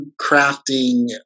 crafting